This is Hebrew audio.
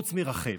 חוץ מרחל.